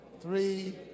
three